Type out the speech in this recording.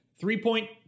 Three-point